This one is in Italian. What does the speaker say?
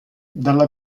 dalla